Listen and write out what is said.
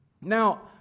Now